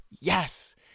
Yes